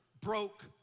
broke